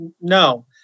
No